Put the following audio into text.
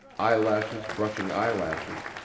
eyelashes brushing eyelashes,